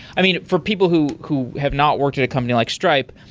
i mean, for people who who have not worked at a company like stripe,